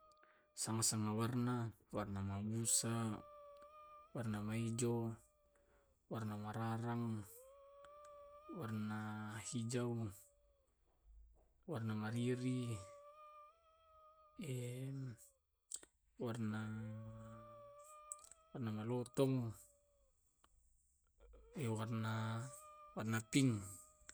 Sama-sama warna, warna mausa, warna maijo, warna wanarem, warna hijau, warna mariri warnaa warna malotong, warna warna pink.